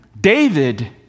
David